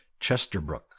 Chesterbrook